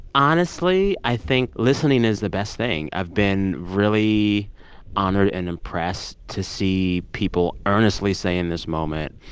honestly, i think listening is the best thing. i've been really honored and impressed to see people earnestly saying this moment,